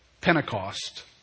Pentecost